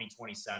2027